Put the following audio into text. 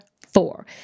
four